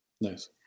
Nice